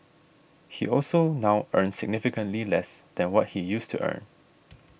he also now earns significantly less than what he used to earn